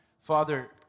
Father